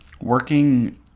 working